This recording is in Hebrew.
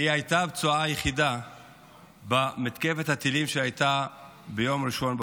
היא הייתה הפצועה היחידה במתקפת הטילים שהייתה ביום ראשון בבוקר.